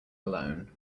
alone